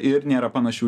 ir nėra panašių